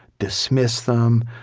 dismiss them,